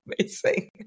Amazing